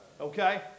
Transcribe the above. Okay